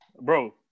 Bro